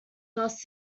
thus